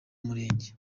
mirenge